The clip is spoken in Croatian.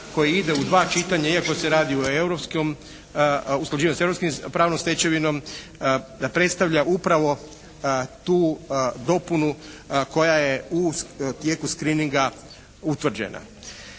koji ide u dva čitanja iako se radi o usklađivanju s europskom pravnom stečevinom da predstavlja upravo tu dopunu koja je u tijeku screeninga utvrđena.